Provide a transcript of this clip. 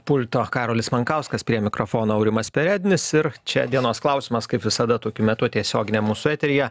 pulto karolis mankauskas prie mikrofono aurimas perednis ir čia dienos klausimas kaip visada tokiu metu tiesioginiam eteryje